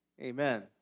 amen